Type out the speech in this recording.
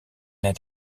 het